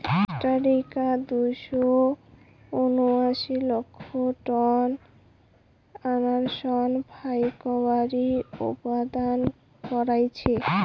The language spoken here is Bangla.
কোস্টারিকা দুইশো উনাশি লক্ষ টন আনারস ফাইকবানী উৎপাদন কইরছে